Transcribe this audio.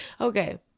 Okay